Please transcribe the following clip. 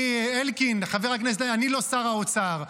אני לא שר האוצר.